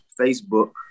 Facebook